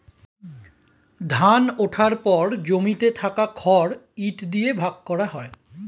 ধান ওঠার পর জমিতে থাকা খড় ইট দিয়ে ভাগ করা হয়